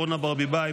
אורנה ברביבאי,